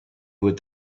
would